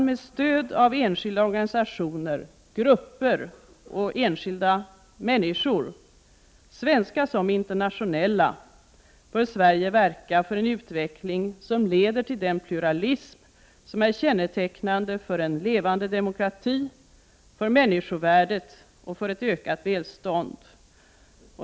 Med stöd av grupper, enskilda människor samt enskilda organisationer, svenska som internationella, bör Sverige verka för en utveckling som leder till den pluralism som är kännetecknande för en levande demokrati, för människovärdet och för ett ökat välstånd.